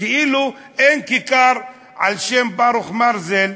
כאילו אין כיכר על-שם ברוך מרזל,